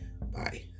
Bye